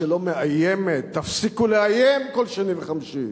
בטוחה, שלא מאיימת, תפסיקו לאיים כל שני וחמישי,